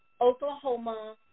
Oklahoma